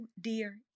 dear